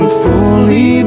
fully